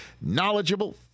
knowledgeable